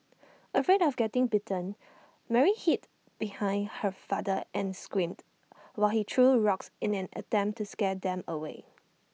afraid of getting bitten Mary hid behind her father and screamed while he threw rocks in an attempt to scare them away